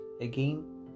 again